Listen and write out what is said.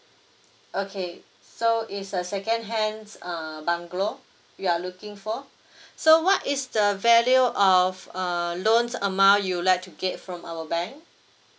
okay so it's a second-hand err bungalow you are looking for so what is the value err err loan amount you would like to get from our bank